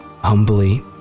Humbly